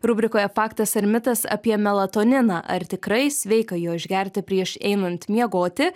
rubrikoje faktas ar mitas apie melatoniną ar tikrai sveika jo išgerti prieš einant miegoti